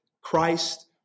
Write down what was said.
Christ